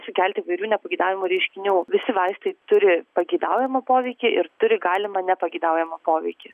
sukelti įvairių nepageidaujamų reiškinių visi vaistai turi pageidaujamą poveikį ir turi galimą nepageidaujamą poveikį